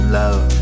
love